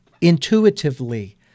intuitively